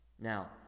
Now